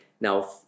now